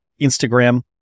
Instagram